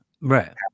Right